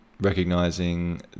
Recognizing